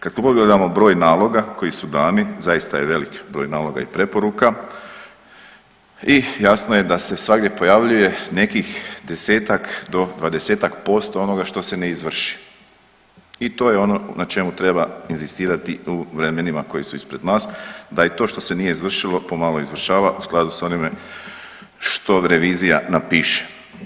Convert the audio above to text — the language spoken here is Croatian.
Kad pogledamo broj naloga koji su dani, zaista je velik broj naloga i preporuka i jasno je da se svagdje pojavljuje nekih 10-tak do 20-tak posto onoga što se ne izvrši i to je ono na čemu treba inzistirati u vremenima koji su ispred nas da i to što se nije izvršilo pomalo izvršava u skladu s onime što revizija napiše.